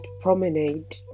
promenade